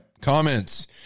Comments